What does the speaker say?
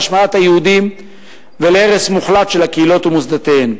להשמדת היהודים ולהרס מוחלט של הקהילות ומוסדותיהן.